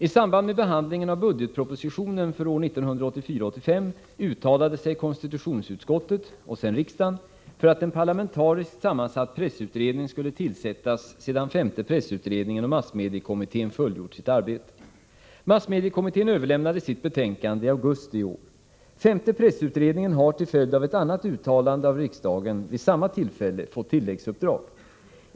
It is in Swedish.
I samband med behandlingen av budgetpropositionen för 1984/85 uttalade sig konstitutionsutskottet — och sedan riksdagen — för att en parlamentariskt sammansatt pressutredning skulle tillsättas sedan femte pressutredningen och messmediekommittén fullgjort sitt arbete. Massmediekommittén överlämnade sitt betänkande i augusti i år. Femte pressutredningen har, till följd av ett annat uttalande av riksdagen vid samma tillfälle, fått tilläggsuppdrag.